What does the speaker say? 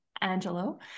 Angelo